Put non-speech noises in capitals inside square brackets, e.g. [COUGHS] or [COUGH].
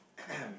[COUGHS]